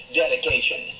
dedication